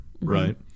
right